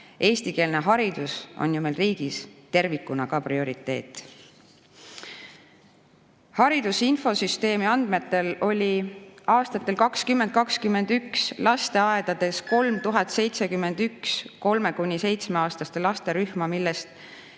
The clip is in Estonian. Eestikeelne haridus on ju meil riigis tervikuna ka prioriteet. Hariduse infosüsteemi andmetel oli aastatel 2020–2021 lasteaedades 3071 kolme- kuni seitsmeaastaste laste rühma, millest